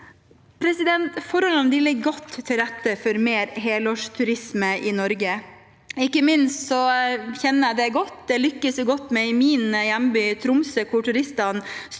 Forholdene ligger godt til rette for mer helårsturisme i Norge. Ikke minst kjenner jeg det godt fordi en har lykkes godt med det i min hjemby, Tromsø, hvor turistene